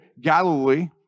Galilee